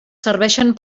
serveixen